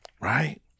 right